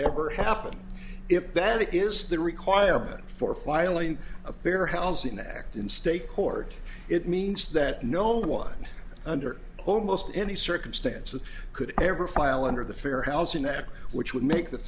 ever happen if that is the requirement for filing a fair housing act in state court it means that no one under almost any circumstances could ever file under the fair housing act which would make the